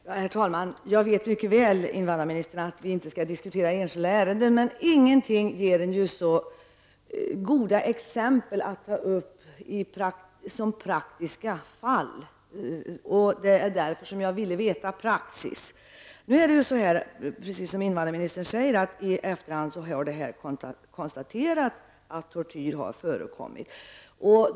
Herr talman! Jag vet mycket väl, invandrarministern, att vi inte skall diskutera enskilda ärenden. Men ingenting är ju så bra som exempel på praktiska fall. Jag vill alltså veta praxis. Nu har det ju, som invandrarministern sade, i efterhand konstaterats att tortyr har förekommit.